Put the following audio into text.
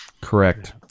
correct